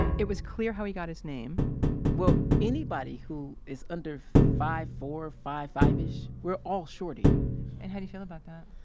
it was clear how he got his name well, anybody who is under five, four five, five-ish, we're all shorty and how do you feel about that?